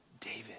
David